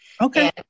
Okay